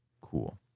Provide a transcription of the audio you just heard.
Cool